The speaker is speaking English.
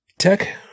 Tech